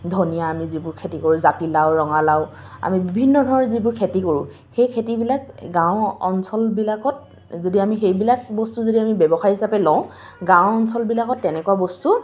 ধনিয়া আমি যিবোৰ খেতি কৰোঁ জাতিলাও ৰঙালাও আমি বিভিন্ন ধৰণৰ যিবোৰ খেতি কৰোঁ সেই খেতিবিলাক গাঁও অঞ্চলবিলাকত যদি আমি সেইবিলাক বস্তু যদি আমি ব্যৱসায় হিচাপে লওঁ গাঁও অঞ্চলবিলাকত তেনেকুৱা বস্তু